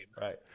Right